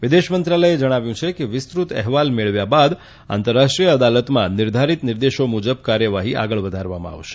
વિદેશમંત્રાલયે જણાવ્યું છે કે વિસ્તૃત અહેવાલ મેળવ્યા બાદ આંતરરાષ્ટ્રીય અદાલતમાં નિર્ધારિત નિર્દેશો મુજબ કાર્યવાહી આગળ વધારવામાં આવશે